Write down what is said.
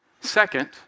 Second